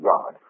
God